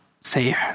say